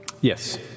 Yes